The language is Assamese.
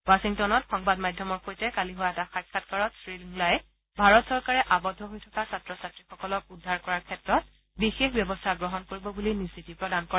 ৱাথিংটনত সংবাদ মাধ্যমৰ সৈতে কালি হোৱা এটা সাক্ষাৎকাৰত শ্ৰীংলাই ভাৰত চৰকাৰে আবদ্ধ হৈ থকা ছাত্ৰ ছাত্ৰীসকলক উদ্ধাৰ কৰাৰ ক্ষেত্ৰত বিশেষ ব্যৱস্থা গ্ৰহণ কৰিব বুলি নিশ্চিতি প্ৰদান কৰে